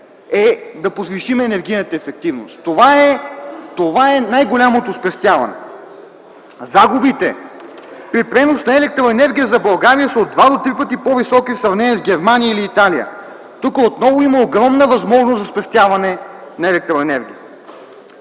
е да повишим енергийната ефективност. Това е най голямото спестяване. Загубите при пренос на електроенергия за България са от два до три пъти по-високи в сравнение с Германия или Италия - тук отново има огромна възможност за спестяване на електроенергия.